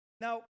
Now